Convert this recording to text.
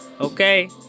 okay